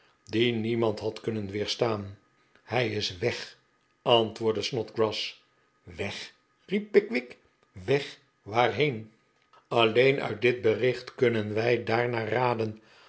die niemand had kunnen weerstaan hij is weg antwoordde snodgrass weg riep pickwick weg waarheen alleen uit dit bericht kunnen wij daarnaar raden